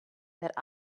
that